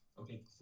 Okay